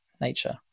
nature